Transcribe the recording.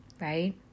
right